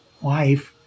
wife